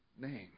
name